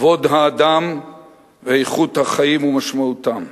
כבוד האדם ואיכות החיים ומשמעותם.